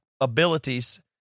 abilities